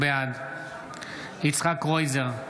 בעד יצחק קרויזר,